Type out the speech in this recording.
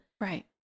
Right